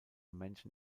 menschen